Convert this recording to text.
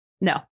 No